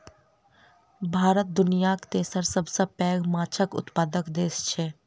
भारत दुनियाक तेसर सबसे पैघ माछक उत्पादक देस छै